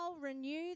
renew